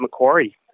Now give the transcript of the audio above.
Macquarie